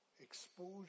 Exposure